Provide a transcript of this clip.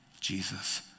Jesus